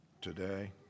today